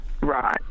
right